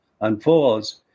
unfolds